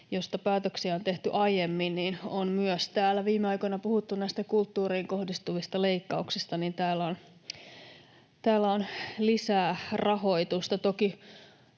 josta päätöksiä on tehty aiemmin. Kun on myös täällä viime aikoina puhuttu näistä kulttuuriin kohdistuvista leikkauksista, niin tähän on lisää rahoitusta